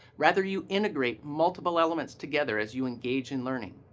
rather, you integrate multiple elements together as you engage in learning.